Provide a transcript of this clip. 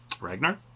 Ragnar